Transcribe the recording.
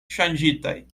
ŝanĝitaj